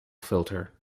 filter